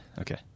okay